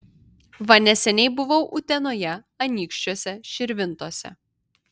va neseniai buvau utenoje anykščiuose širvintose